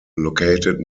located